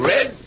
Red